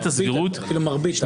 אפילו מרבית.